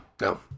no